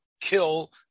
kill